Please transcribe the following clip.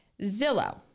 Zillow